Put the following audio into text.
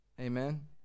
amen